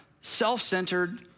self-centered